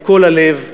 מכל הלב,